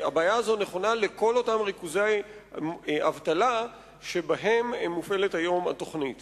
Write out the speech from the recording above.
והבעיה הזו נכונה לכל אותם ריכוזי אבטלה שבהם מופעלת היום התוכנית.